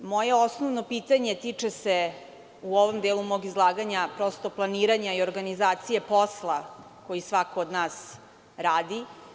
Moje osnovno pitanje u ovom delu mog izlaganja tiče se planiranja i organizacije posla koji svako od nas radi.